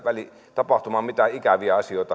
tapahtumaan mitään ikäviä asioita